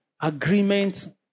agreement